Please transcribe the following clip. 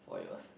for yours